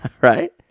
right